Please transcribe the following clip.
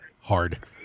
hard